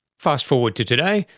fast forward to today,